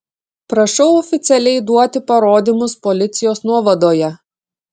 prašau oficialiai duoti parodymus policijos nuovadoje